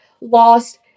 lost